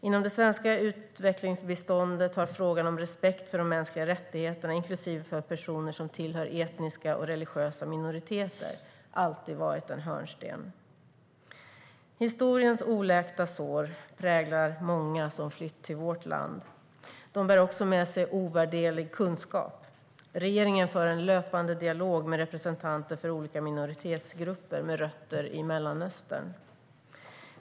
Inom det svenska utvecklingsbiståndet har frågan om respekt för de mänskliga rättigheterna, inklusive respekt för personer som tillhör etniska eller religiösa minoriteter, alltid varit en hörnsten. Historiens oläkta sår präglar många som har flytt till vårt land. De bär också med sig ovärderlig kunskap. Regeringen för en löpande dialog med representanter för olika minoritetsgrupper med rötter i Mellanöstern.